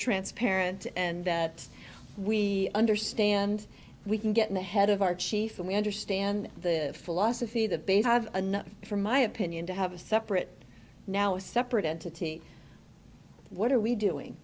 transparent and that we understand we can get ahead of our chief and we understand the philosophy that they have enough for my opinion to have a separate now separate entity what are we doing